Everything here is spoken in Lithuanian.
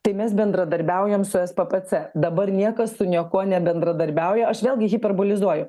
tai mes bendradarbiaujam su sppc dabar niekas su niekuo nebendradarbiauja aš vėlgi hiperbolizuoju